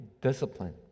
discipline